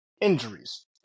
Injuries